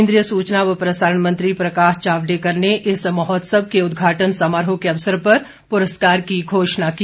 केन्द्रीय सूचना व प्रसारण मंत्री प्रकाश जावड़ेकर ने इस महोत्सव के उदघाटन समारोह के अवसर पर पुरस्कार की घोषणा की